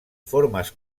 formes